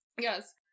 Yes